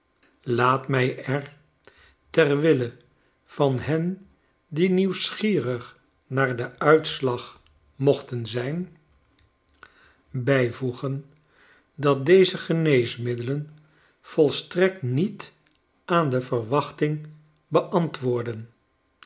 laat mij er ter wille van hen die nieuwsgierig naar den uitslag mochten zijn bijvoegen dat deze geneesmiddelen volstrekt niet aan de verwachting beantwoordden